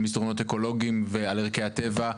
על מסדרונות אקולוגים ועל ערכי הטבע,